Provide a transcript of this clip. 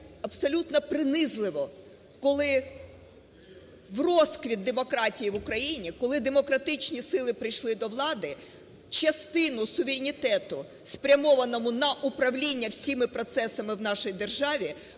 абсолютно принизливо, коли в розквіт демократії в Україні, коли демократичні сили прийшли до влади, частину суверенітету, спрямованому на управління всіма процесам в наші державі,